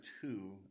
two